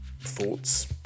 thoughts